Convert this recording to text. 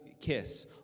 kiss